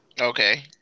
okay